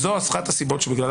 זו אחת הסיבות שצריך